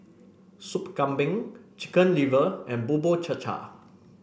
Sup Kambing Chicken Liver and Bubur Cha Cha